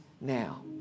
now